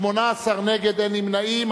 18 נגד, אין נמנעים.